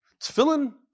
Tefillin